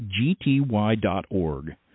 gty.org